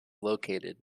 located